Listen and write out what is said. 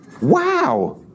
Wow